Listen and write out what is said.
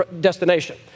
destination